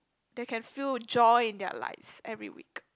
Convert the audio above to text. they can fill joy in their lives every week